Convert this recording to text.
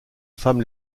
femme